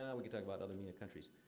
we can talk about other m e n a. countries.